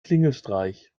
klingelstreich